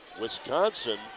Wisconsin